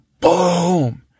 boom